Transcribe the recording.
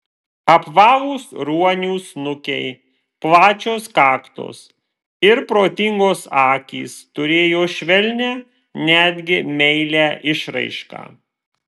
apvalūs ruonių snukiai plačios kaktos ir protingos akys turėjo švelnią netgi meilią išraišką